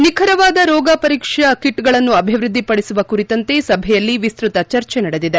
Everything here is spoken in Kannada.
ನಿಖರವಾದ ರೋಗ ಪರೀಕ್ಷಾ ಕಿಟ್ಗಳನ್ನು ಅಭಿವೃದ್ದಿಪಡಿಸುವ ಕುರಿತಂತೆ ಸಭೆಯಲ್ಲಿ ವಿಸ್ತತ ಚರ್ಚೆ ನಡೆದಿದೆ